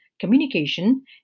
Communication